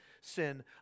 sin